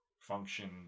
function